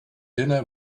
dinner